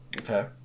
Okay